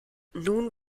nun